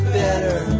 better